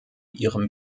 ihrem